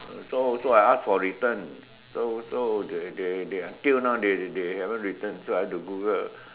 so so I ask for return so so they they they until now they they they haven't return so I have to Google